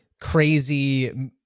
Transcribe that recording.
crazy